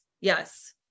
yes